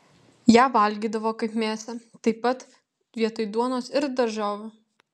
ją valgydavo kaip mėsą taip pat vietoj duonos ir daržovių